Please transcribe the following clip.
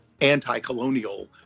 anti-colonial